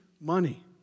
money